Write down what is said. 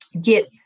get